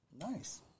Nice